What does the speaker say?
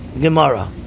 gemara